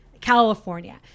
California